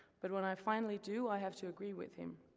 but when i finally do, i have to agree with him.